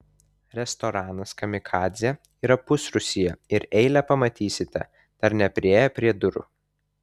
restoranas kamikadzė yra pusrūsyje ir eilę pamatysite dar nepriėję prie durų